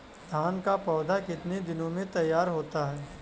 धान का पौधा कितने दिनों में तैयार होता है?